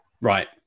Right